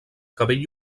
cabell